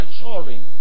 maturing